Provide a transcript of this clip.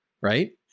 right